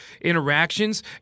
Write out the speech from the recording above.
interactions